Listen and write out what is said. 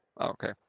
Okay